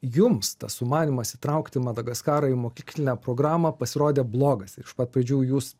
jums tas sumanymas įtraukti madagaskarą į mokyklinę programą pasirodė blogas ir iš pat pradžių jūs